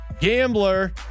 Gambler